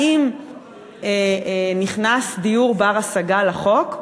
האם נכנס דיור בר-השגה לחוק?